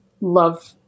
love